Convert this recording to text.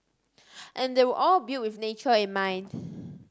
and they were all built with nature in mind